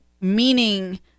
meaning